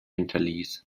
hinterließ